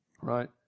right